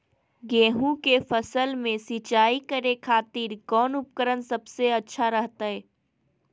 गेहूं के फसल में सिंचाई करे खातिर कौन उपकरण सबसे अच्छा रहतय?